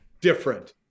different